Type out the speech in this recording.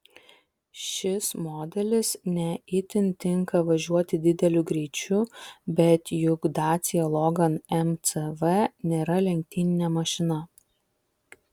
šis modelis ne itin tinka važiuoti dideliu greičiu bet juk dacia logan mcv nėra lenktyninė mašina